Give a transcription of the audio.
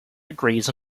degrees